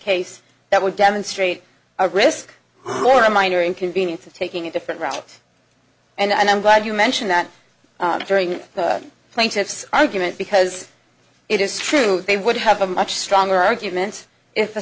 case that would demonstrate a risk or a minor inconvenience of taking a different route and i'm glad you mention that during the plaintiff's argument because it is true they would have a much stronger argument if a